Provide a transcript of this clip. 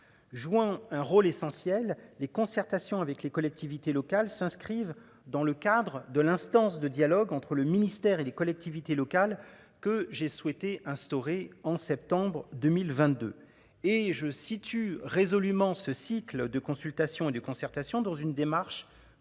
joint un rôle essentiel les concertations avec les collectivités locales s'inscrivent dans le cadre de l'instance de dialogue entre le ministère et les collectivités locales que j'ai souhaité instaurer en septembre 2022 et je situe résolument ce cycle de consultations et de concertation dans une démarche